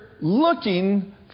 looking